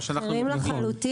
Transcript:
מה שאנחנו --- אחרים לחלוטין.